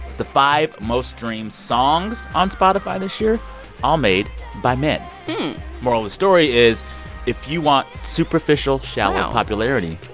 the five most streamed songs on spotify this year all made by men moral of the story is if you want superficial, shallow. wow. popularity,